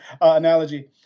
analogy